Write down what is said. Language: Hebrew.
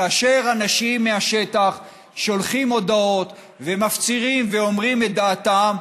כאשר אנשים מהשטח שולחים הודעות ומפצירים ואומרים את דעתם.